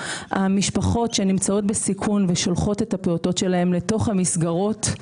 המשפחות שנמצאות בסיכון ושולחות את הפעוטות שלהם לתוך המסגרות,